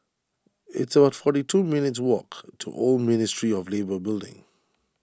it's about forty two minutes' walk to Old Ministry of Labour Building